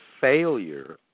failure